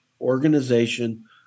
organization